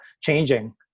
changing